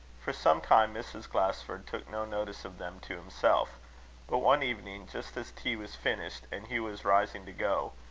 for some time mrs. glasford took no notice of them to himself but one evening, just as tea was finished, and hugh was rising to go,